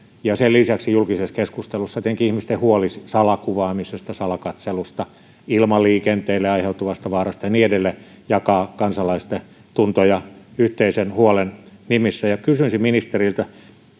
sen lisäksi julkisessa keskustelussa ihmisillä on huoli etenkin salakuvaamisesta salakatselusta ilmaliikenteelle aiheutuvasta vaarasta ja niin edelleen se jakaa kansalaisten tuntoja yhteisen huolen nimissä kysyisin ministeriltä